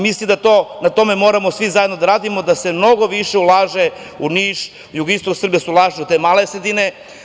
Mislim da na tome moramo svi zajedno da radimo da se mnogo više ulaže u Niš, u jugoistok Srbije, da se ulaže u te male sredine.